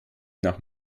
nach